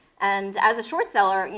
and as a short seller,